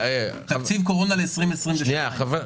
תקציב קורונה ל-2022, על כמה הוא עומד?